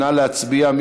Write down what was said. נא להצביע.